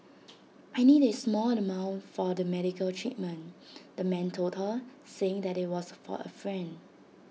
I need A small amount for the medical treatment the man told her saying that IT was for A friend